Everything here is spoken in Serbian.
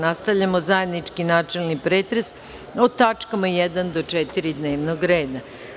Nastavljamo zajednički načelni pretres o tačkama 1 – 4 dnevnog reda.